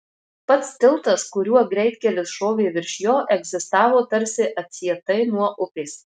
pats tiltas kuriuo greitkelis šovė virš jo egzistavo tarsi atsietai nuo upės